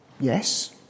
yes